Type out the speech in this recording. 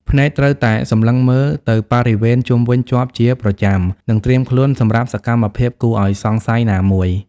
ភ្នែកត្រូវតែសម្លឹងមើលទៅបរិវេណជុំវិញជាប់ជាប្រចាំ និងត្រៀមខ្លួនសម្រាប់សកម្មភាពគួរឱ្យសង្ស័យណាមួយ។